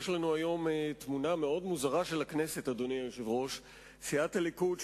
יש לנו היום תמונה מאוד מוזרה של הכנסת: סיעת הליכוד,